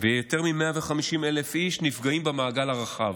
ויותר מ-150,000 איש נפגעים במעגל הרחב.